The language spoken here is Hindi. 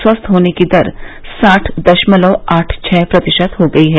स्वस्थ होने की दर साठ दशमलव आठ छह प्रतिशत हो गई है